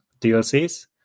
DLCs